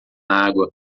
água